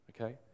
Okay